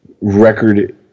record